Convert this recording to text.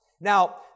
Now